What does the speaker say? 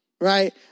Right